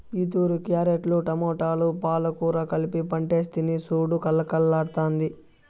ఈతూరి క్యారెట్లు, టమోటాలు, పాలకూర కలిపి పంటేస్తిని సూడు కలకల్లాడ్తాండాది